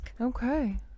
Okay